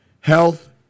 Health